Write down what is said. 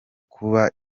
kuba